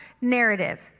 narrative